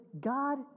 God